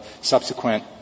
subsequent